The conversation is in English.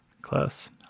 Close